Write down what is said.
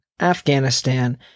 Afghanistan